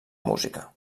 música